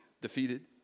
defeated